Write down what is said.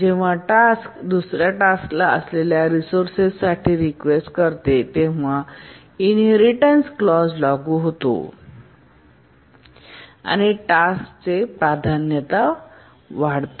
जेव्हा टास्क दुसर्या टास्के असलेल्या रिसोर्सेस साठी रीक्वेस्ट करते तेव्हाच इनहेरिटेन्स क्लॉज clause लागू होतो आणि टास्क प्राधान्य वाढते